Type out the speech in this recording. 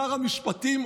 שר המשפטים,